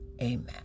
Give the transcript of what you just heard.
Amen